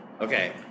Okay